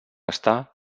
està